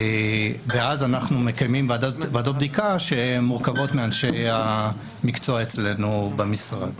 ואז אנחנו מקיימים ועדות בדיקה שמורכבות מאנשי המקצוע אצלנו במשרד.